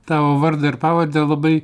tavo vardą ir pavardę labai